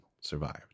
survived